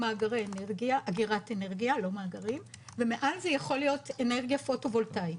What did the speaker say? אגירת אנרגיה ומעל זה יכול להיות אנרגיה פוטו-וולטאית,